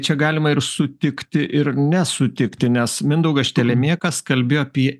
čia galima ir sutikti ir nesutikti nes mindaugas štelemėkas kalbėjo apie